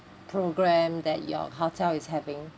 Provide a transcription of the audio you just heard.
program that your hotel is having